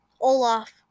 Olaf